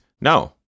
No